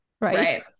Right